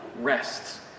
rests